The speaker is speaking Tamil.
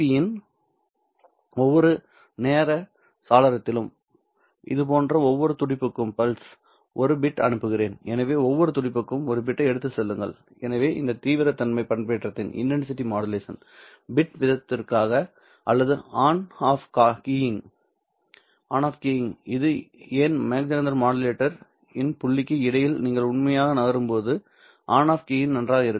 Tb யின் ஒவ்வொரு நேர சாளரத்திலும் இதுபோன்ற ஒவ்வொரு துடிப்புக்கும் ஒரு பிட் அனுப்புகிறேன் எனவே ஒவ்வொரு துடிப்புக்கும் ஒரு பிட்டை எடுத்துச் செல்லுங்கள் எனவே இந்த தீவிரத்தன்மை பண்பேற்றத்தின் பிட் வீதத்திற்காக அல்லது ஆன் ஆஃப் கீயிங் இது ஏன் மாக் ஜெஹெண்டர் மாடுலேட்டர் இன் புள்ளிக்கு இடையில் நீங்கள் உண்மையாக நகரும் போது ஆன் ஆஃப் கீயிங் நன்றாக இருக்கும்